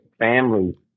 Family